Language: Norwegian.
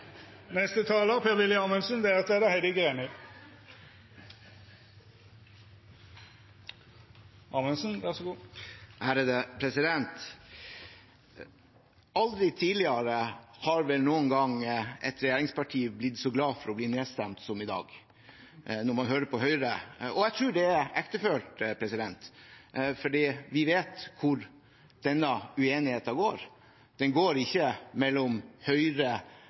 Aldri tidligere har vel et regjeringsparti blitt så glad for å bli nedstemt som i dag – når man hører på Høyre. Og jeg tror det er ektefølt. For vi vet hvor denne uenigheten går. Den går ikke mellom Høyre